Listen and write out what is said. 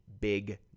big